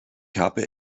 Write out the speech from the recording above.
habe